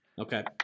Okay